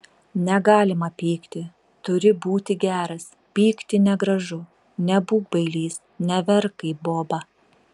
negalima pykti turi būti geras pykti negražu nebūk bailys neverk kaip boba